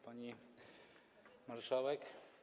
Pani Marszałek!